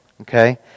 okay